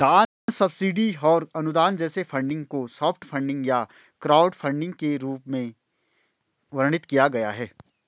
दान सब्सिडी और अनुदान जैसे फंडिंग को सॉफ्ट फंडिंग या क्राउडफंडिंग के रूप में वर्णित किया गया है